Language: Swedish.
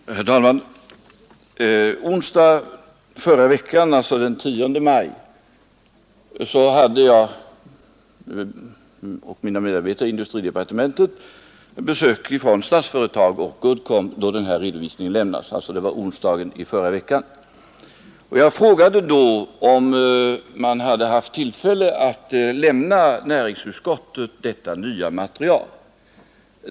Herr talman! På onsdagen förra veckan, alltså den 10 maj hade jag och mina medarbetare i industridepartementet besök från Statsföretag och Uddcomb, varvid den nu aktuella redovisningen lämnades. Jag frågade då, om man hade haft tillfälle att lämna näringsutskottet detta nya material.